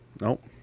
Nope